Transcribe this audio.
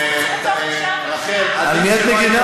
צריך לשים את זה בתוך הקשר, על מי את מגינה?